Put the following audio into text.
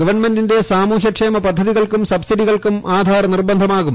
ഗവൺമെന്റിന്റെ സാമൂഹ്യക്ഷേമ പദ്ധതികൾക്കും സബ്സിഡികൾക്കും ആധാർ നിർബന്ധമാകും